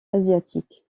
asiatique